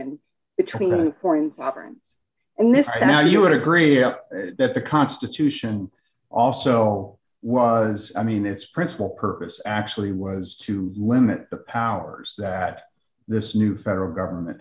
right now you would agree that the constitution also was i mean its principal purpose actually was to limit the powers that this new federal government